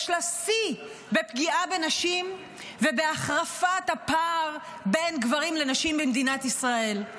יש לה שיא בפגיעה בנשים ובהחרפת הפער בין גברים לנשים במדינת ישראל.